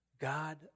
God